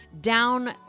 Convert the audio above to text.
down